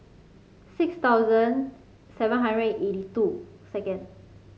six thousand seven hundred and eighty two second